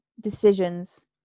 Decisions